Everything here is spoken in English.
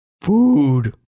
Food